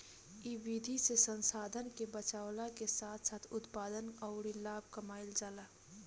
इ विधि से संसाधन के बचावला के साथ साथ उत्पादन अउरी लाभ कमाईल जाला